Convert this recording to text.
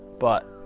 but